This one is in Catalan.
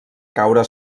caure